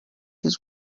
his